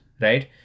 Right